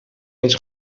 eens